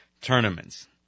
tournaments